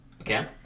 okay